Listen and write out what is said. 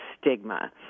stigma